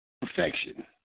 Perfection